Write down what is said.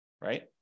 right